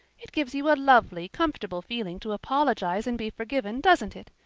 it gives you a lovely, comfortable feeling to apologize and be forgiven, doesn't it?